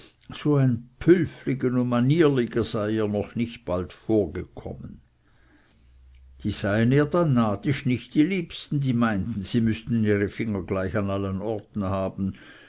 sei ihr noch nicht bald vorgekommen die seien ihr dann nadisch nicht die liebsten die meinten sie müßten ihre finger gleich an allen orten haben